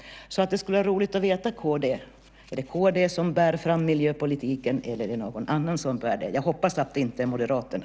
Det skulle vara roligt att få veta om det är kd som bär fram miljöpolitiken eller om det är någon annan. Jag hoppas att det inte är Moderaterna.